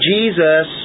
Jesus